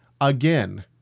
again